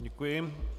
Děkuji.